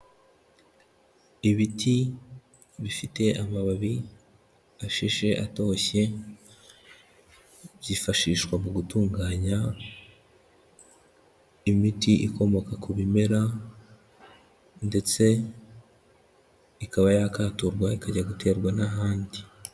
Ibiti bifite amababi ashishe atoshye, byifashishwa mu gutunganya imiti ikomoka ku bimera ndetse ikaba yakaturwa ikajya guterwa n'ahandi.